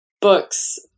books